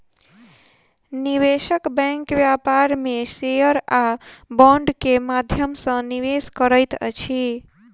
निवेशक बैंक व्यापार में शेयर आ बांड के माध्यम सॅ निवेश करैत अछि